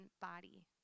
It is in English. body